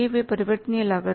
वे परिवर्तनीय लागत हैं